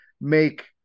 make